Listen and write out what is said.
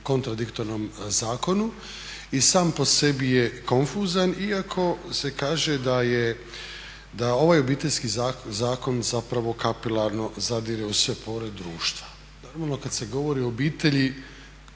kontradiktornom zakonu i sam po sebi je konfuzan iako se kaže da je, da ovaj Obiteljski zakon zapravo kapilarno zadire u sve pore društva. Normalno kad se govori o obitelji,